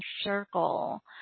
Circle